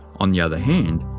on the other hand,